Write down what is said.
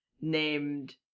named